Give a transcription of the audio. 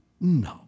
No